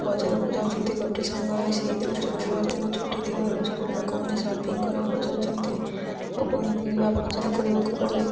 ବଜାରକୁ ଯାଉଛନ୍ତି ଗୋଟେ ସାଙ୍ଗରେ ସେଇଦିନ ରବିବାର ଦିନ ଛୁଟି ଥିବାରୁ ସବୁ ଲୋକମାନେ ସପିଂ କରିବାକୁ ଯାଉଛନ୍ତି ଆଉ ପୁଣି ପରିବା ବଜାର କରିବାକୁ ଗଲେ